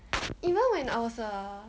even when I was err